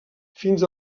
fins